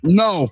no